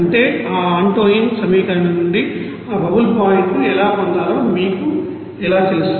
అంటే ఆ ఆంటోయిన్ సమీకరణం నుండి ఆ బబుల్ పాయింట్ ను ఎలా పొందాలో మీకు ఎలా తెలుసు